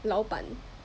老板